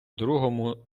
другому